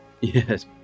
Yes